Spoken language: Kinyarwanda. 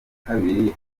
kabiri